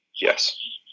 Yes